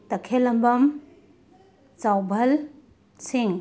ꯇꯈꯦꯜꯂꯝꯕꯝ ꯆꯥꯎꯕꯍꯜ ꯁꯤꯡꯍ